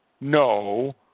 No